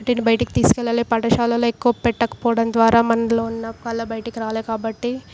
అటు ఇటు బయటకి తీసుకెళ్ళలే పాఠశాలలో ఎక్కువ పెట్టకపోవడం ద్వారా మనలో ఉన్న కళ బయటకి రాలే కాబట్టి